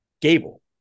Gable